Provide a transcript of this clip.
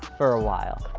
for awhile.